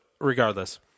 Regardless